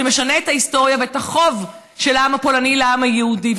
שמשנה את ההיסטוריה ואת החוב של העם הפולני לעם היהודי.